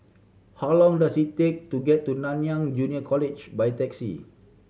how long does it take to get to Nanyang Junior College by taxi